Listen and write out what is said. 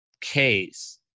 case